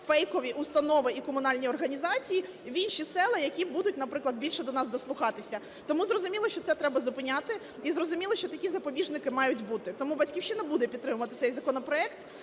фейкові установи і комунальні організації в інші села, які будуть, наприклад, більше до нас дослухатися. Тому зрозуміло, що це треба зупиняти, і зрозуміло, що такі запобіжники мають бути. Тому "Батьківщина" буде підтримувати цей законопроект